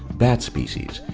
bat species,